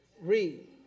Read